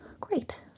great